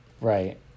Right